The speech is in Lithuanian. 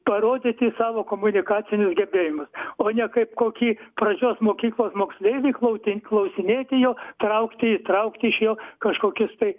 parodyti savo komunikacinius gebėjimus o ne kaip kokį pradžios mokyklos moksleivį klausi klausinėti jo traukti traukti iš jo kažkokius tai